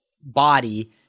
body